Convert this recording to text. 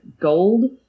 gold